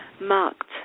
marked